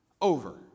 over